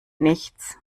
nichts